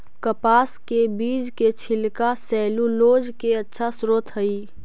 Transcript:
कपास के बीज के छिलका सैलूलोज के अच्छा स्रोत हइ